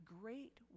great